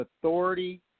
authority